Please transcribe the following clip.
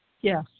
Yes